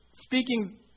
speaking